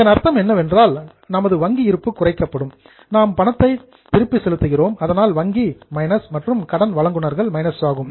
இதன் அர்த்தம் என்னவென்றால் நமது வங்கி இருப்பு குறைக்கப்படும் நாம் பணத்தை ரீபேயிங் திருப்பி செலுத்துகிறோம் அதனால் வங்கி மைனஸ் மற்றும் கடன் வழங்குநர்கள் மைனஸ் ஆகும்